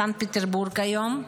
סנקט פטרבורג היום,